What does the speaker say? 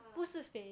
ah